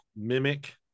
mimic